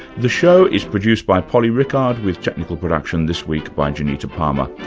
the show is produced by polly rickard, with technical production this week by janita palmer.